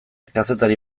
kazetari